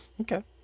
Okay